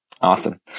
Awesome